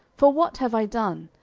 for what have i done?